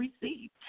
received